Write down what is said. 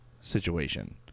situation